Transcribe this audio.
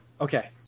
Okay